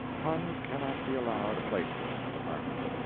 puns cannot be allowed a place in this department.